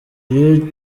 iyo